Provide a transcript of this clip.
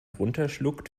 runterschluckt